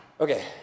Okay